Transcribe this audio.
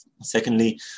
Secondly